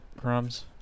crumbs